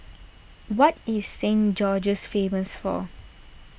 what is Saint George's famous for